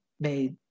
made